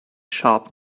sharp